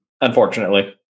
Unfortunately